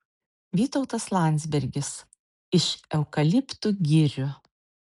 vytautas landsbergis iš eukaliptų girių